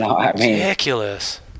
ridiculous